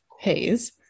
haze